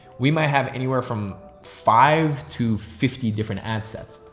we might have anywhere from five to fifty different ad sets.